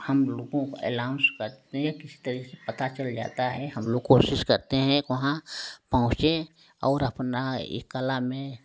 हम लोगों को एलाउंस करते किसी तरीके से पता चल जाता है हम लोग कोशिश करते हैं कि वहाँ पहुंचे और अपना ये कला में